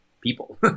people